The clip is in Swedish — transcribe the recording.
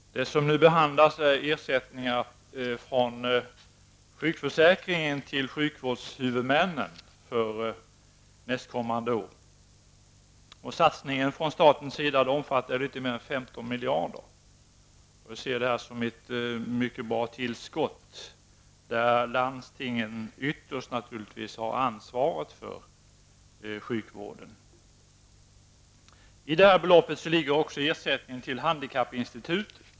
Herr talman! Det ärende som nu behandlas gäller ersättningar för nästkommande år från sjukförsäkringen till sjukvårdshuvudmännen. Satsningen från statens sida omfattar litet mer än 15 miljarder. Vi ser detta som ett mycket bra tillskott till landstingen, som har det yttersta ansvaret för sjukvården. I beloppet ligger också ersättning till Handikappinstitutet.